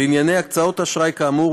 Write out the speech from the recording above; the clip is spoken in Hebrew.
בענייני הקצאות אשראי כאמור,